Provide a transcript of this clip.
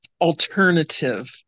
alternative